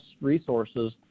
resources